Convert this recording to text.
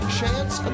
chance